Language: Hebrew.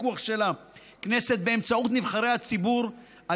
הפיקוח של הכנסת באמצעות נבחרי הציבור על